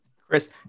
Chris